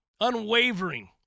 Unwavering